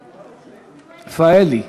רפאלי,